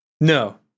no